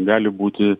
gali būti